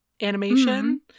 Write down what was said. animation